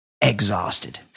exhausted